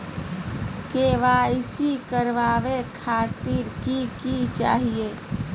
KYC करवावे खातीर कि कि चाहियो?